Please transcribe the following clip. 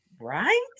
Right